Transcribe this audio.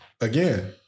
again